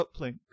uplink